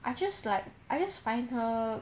I just like I just find her